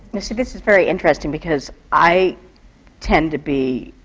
now, see, this is very interesting, because i tend to be